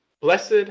Blessed